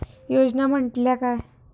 योजना म्हटल्या काय?